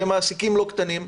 והם מעסיקים לא קטנים,